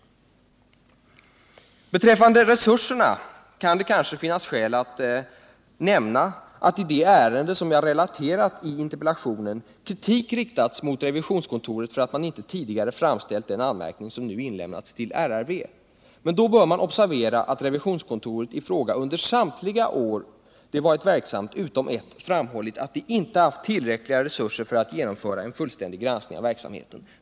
Vad beträffar resurserna kan det kanske finnas skäl att nämna att i det ärende som jag relaterat i interpellationen kritik riktats mot revisionskontoret för att man inte tidigare framställt den anmärkning som nu inlämnats till RRV. Men då bör man observera att revisionskontoret i fråga under samtliga år utom ett framhållit att det inte haft tillräckliga resurser för att genomföra en fullständig granskning av verksamheten.